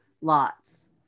lots